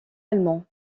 allemand